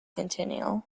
centennial